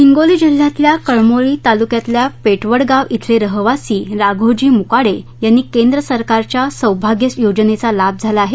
हिंगोली जिल्ह्यातल्या कळमोली तालुक्यातल्या पेटवडगाव शिल्या रहिवासी राघोजी मुकाडे यांना केंद्रसरकारच्या सौभाग्य योजनेचा लाभा झाला आहे